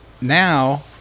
Now